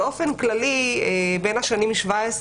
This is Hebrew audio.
באופן כללי, בין השנים 2017